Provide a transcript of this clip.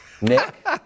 Nick